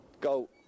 go